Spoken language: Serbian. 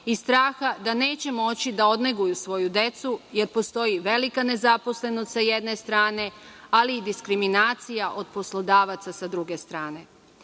i straha da neće moći da odneguju svoju decu, jer postoji velika nezaposlenost, s jedne strane, ali i diskriminacija od poslodavaca, s druge strane.